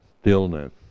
stillness